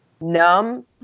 numb